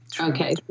Okay